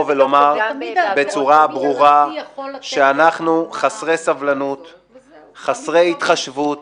ולומר בצורה ברורה שאנחנו חסרי סבלנות וחסרי התחשבות